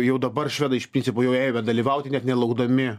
jau dabar švedai iš principo jau ėmė dalyvauti net nelaukdami